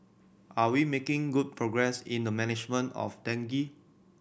are we making good progress in the management of dengue